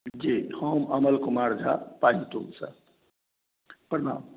जी हम अमल कुमार झा पाहिटोलसँ प्रणाम